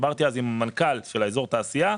דיברתי על זה עם המנכ"ל של אזור התעשייה.